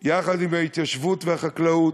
יחד עם ההתיישבות והחקלאות,